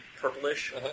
purplish